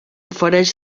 ofereix